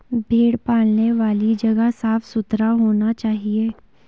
भेड़ पालने वाली जगह साफ सुथरा होना चाहिए